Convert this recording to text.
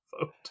vote